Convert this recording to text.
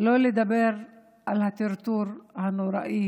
שלא לדבר על הטרטור הנוראי